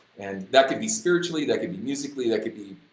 and that could be spiritually, that could be musically, that could be,